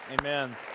Amen